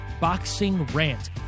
BOXINGRANT